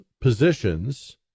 positions